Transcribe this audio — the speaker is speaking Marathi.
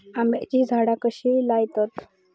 आम्याची झाडा कशी लयतत?